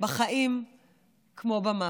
בחיים כמו במוות.